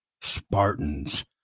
Spartans